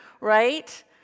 right